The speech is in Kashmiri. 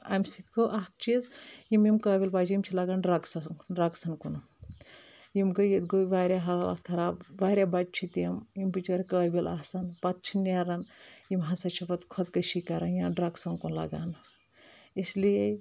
امہِ سۭتۍ گوٚو اکھ چیٖز یِم یِم قٲبِل بَچہِ یِم چھِ لگان ڈرٛگس ڈرٛگسَن کُن یِم گٔے ییٚتہِ گوٚو واریاہ حالات خراب واریاہ بَچہِ چھِ تِم یِم بِچٲرۍ قٲبِل آسان پَتہٕ چھِ نَیٚران یِم ہَسا چھِ پتہٕ خۄدکٔشی کرَان یا ڈرٛگسَن کُن لَگان اِسلیے